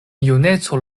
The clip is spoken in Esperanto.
juneco